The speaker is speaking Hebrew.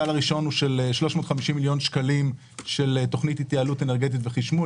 הסל הראשון הוא של 350 מיליון שקלים של תוכנית התייעלות אנרגטית וחשמול.